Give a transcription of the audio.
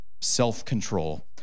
self-control